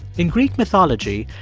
in greek mythology,